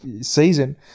season